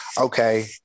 okay